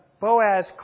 Boaz